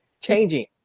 changing